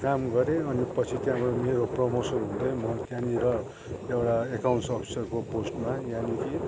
काम गरेँ अनि पछि त्यहाँबाट मेरो प्रमोसन हुँदै म त्यहाँनिर एउटा अकाउन्ट्स अफिसरको पोस्टमा यानी कि